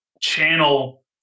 channel